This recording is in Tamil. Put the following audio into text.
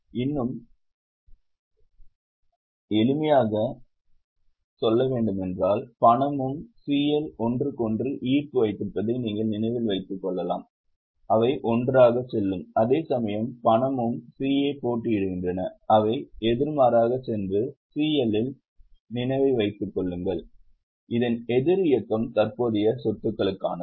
இன்னும் எளிமையாக பணமும் CL ஒன்றுக்கொன்று ஈர்ப்பு வைத்திருப்பதை நீங்கள் நினைவில் வைத்துக் கொள்ளலாம் அவை ஒன்றாகச் செல்லும் அதேசமயம் பணமும் CA போட்டியிடுகின்றன அவை எதிர்மாறாகச் சென்று CL ஐ நினைவில் வைத்துக் கொள்ளுங்கள் அதன் எதிர் இயக்கம் தற்போதைய சொத்துகளுக்கானது